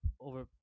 over